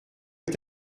est